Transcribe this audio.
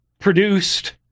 produced